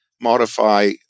modify